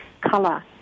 colour